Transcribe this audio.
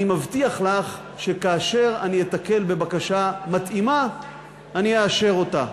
אני מבטיח לך שכאשר אני אתקל בבקשה מתאימה אני אאשר אותה.